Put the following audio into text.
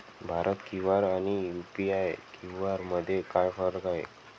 Bharat QR आणि UPI QR मध्ये काय फरक आहे?